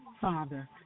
Father